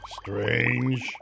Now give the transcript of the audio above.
Strange